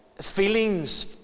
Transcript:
feelings